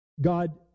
God